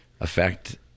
affect